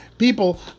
People